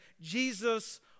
Jesus